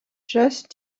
just